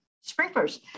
sprinklers